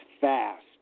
fast